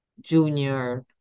junior